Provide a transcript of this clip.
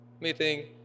meeting